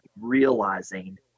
realizing